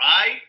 Right